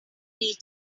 nature